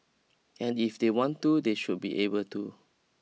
and if they want to they should be able to